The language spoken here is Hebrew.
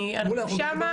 אנחנו שמה